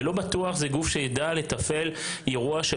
ולא בטוח שזה גוף שיידע לתפעל אירוע של